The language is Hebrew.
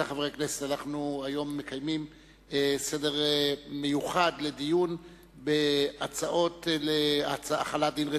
אנחנו היום מקיימים סדר מיוחד לדיון בהצעות להחלת דין רציפות,